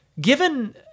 given